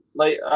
like,